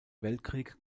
weltkrieg